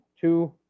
two